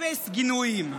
אפס גינויים.